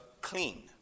clean